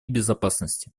безопасности